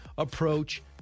Approach